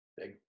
Big